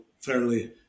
fairly